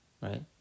Right